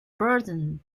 burton